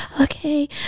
okay